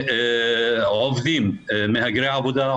מהגרי עבודה,